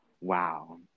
Wow